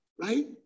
right